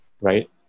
right